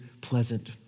pleasant